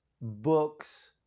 books